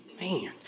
man